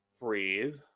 Breathe